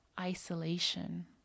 isolation